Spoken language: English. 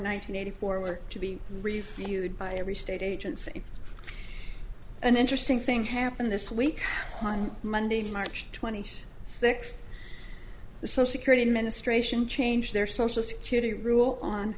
nineteen eighty four were to be refueled by every state agency an interesting thing happened this week on monday march twenty sixth the so security administration changed their social security rule on